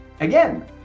Again